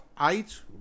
eight